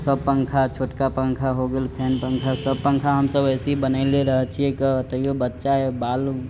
सब पन्खा छोटका पन्खा हो गेल फैन पन्खा सब पन्खा हमसब अइसे ही बनैले रहऽ छियै क तैयो बच्चा है बाल